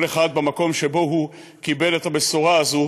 כל אחד במקום שבו הוא קיבל את הבשורה הזו